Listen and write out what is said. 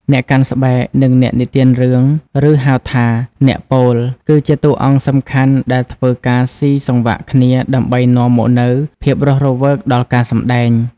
អ្នកកាន់ស្បែក និងអ្នកនិទានរឿង ឬហៅថា អ្នកពោល គឺជាតួអង្គសំខាន់ដែលធ្វើការស៊ីចង្វាក់គ្នាដើម្បីនាំមកនូវភាពរស់រវើកដល់ការសម្តែង។